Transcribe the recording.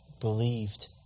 believed